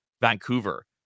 Vancouver